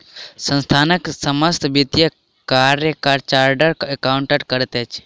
संस्थानक समस्त वित्तीय कार्य चार्टर्ड अकाउंटेंट करैत अछि